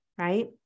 right